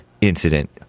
incident